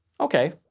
Okay